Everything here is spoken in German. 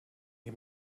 die